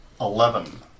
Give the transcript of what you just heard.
Eleven